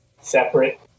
separate